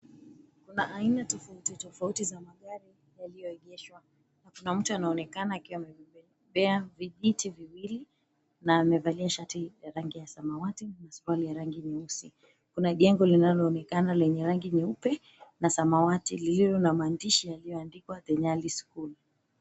Kuna aina tofauti tofauti za magari yaliyoegeshwa na kuna mtu anaonekana akiwa amebebea vijiti viwili na amevalia shati ya rangi ya samawati na suruali ya rangi nyeusi. Kuna jengo linaloonekana lenye rangi nyeupe na samawati lililo na maandishi yaliyoandikwa The Nyali School.